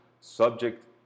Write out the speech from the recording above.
subject